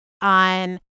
on